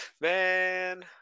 Man